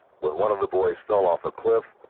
when one of the boys fell off a cliff,